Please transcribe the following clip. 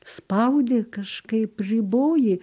spaudi kažkaip riboji